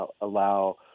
allow